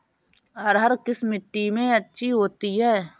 अरहर किस मिट्टी में अच्छी होती है?